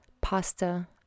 pasta